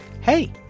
hey